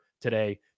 today